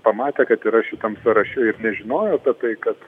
pamatė kad yra šitam sąraše ir nežinojo apie tai kad